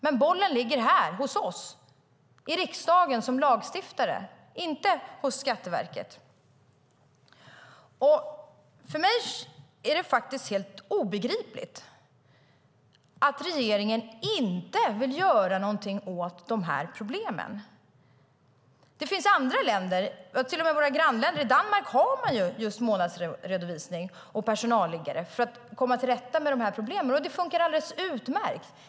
Men bollen ligger här hos oss i riksdagen som lagstiftare, inte hos Skatteverket. För mig är det helt obegripligt att regeringen inte vill göra någonting åt problemen. I Danmark har man månadsredovisning och personalligare för att motverka dessa problem, och det fungerar alldeles utmärkt.